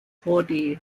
prodi